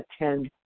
attend